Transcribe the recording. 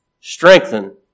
strengthen